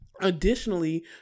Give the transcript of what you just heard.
Additionally